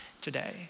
today